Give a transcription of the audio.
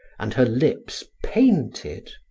and her lips painted.